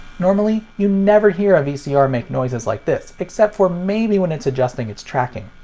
normally you never hear a vcr make noises like this, except for maybe when it's adjusting its tracking.